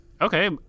Okay